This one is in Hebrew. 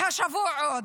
והשבוע עוד,